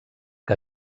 que